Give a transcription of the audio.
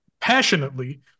passionately